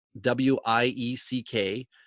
W-I-E-C-K